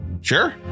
Sure